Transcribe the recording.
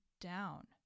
down